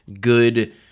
good